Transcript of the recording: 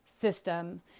system